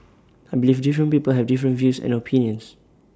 I believe different people have different views and opinions